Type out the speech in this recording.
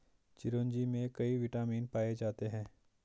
चिरोंजी में कई विटामिन पाए जाते हैं